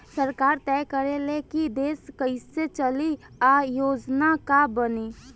सरकार तय करे ले की देश कइसे चली आ योजना का बनी